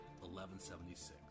1176